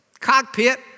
Cockpit